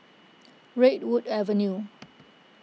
Redwood Avenue